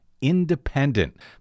independent